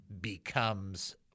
becomes